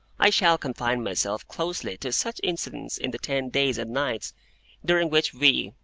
i shall confine myself closely to such incidents in the ten days and nights during which we,